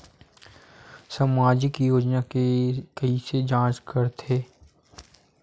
सामाजिक योजना के कइसे जांच करथे?